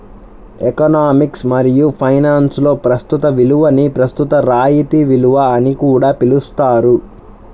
economics మరియు ఫైనాన్స్లో ప్రస్తుత విలువని ప్రస్తుత రాయితీ విలువ అని కూడా పిలుస్తారు